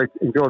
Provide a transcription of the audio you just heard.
enjoy